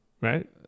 Right